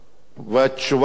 והתשובה גם פשוטה: